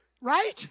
Right